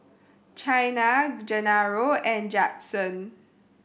Chyna Genaro and Judson